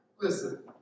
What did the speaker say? Listen